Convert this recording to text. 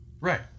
right